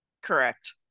Correct